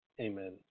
amen